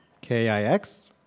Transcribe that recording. K-I-X